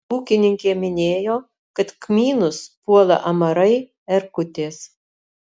ūkininkė minėjo kad kmynus puola amarai erkutės